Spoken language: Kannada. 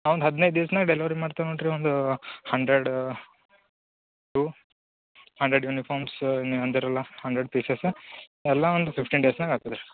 ಒಂದು ಹದಿನೈದು ದಿವ್ಸ್ನಾಗೆ ಡೆಲಿವರಿ ಮಾಡ್ತೀವಿ ನೋಡಿರಿ ಒಂದು ಹಂಡ್ರೆಡ್ ಇವು ಹಂಡ್ರೆಡ್ ಯುನಿಫಾರ್ಮ್ಸ್ ನೀವು ಅಂದಿರಲ್ಲ ಹಂಡ್ರೆಡ್ ಪೀಸಸ್ ಎಲ್ಲ ಒಂದು ಫಿಫ್ಟಿನ್ ಡೇಸ್ನಾಗೆ ಆಗ್ತದೆ ರೀ